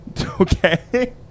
Okay